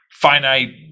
finite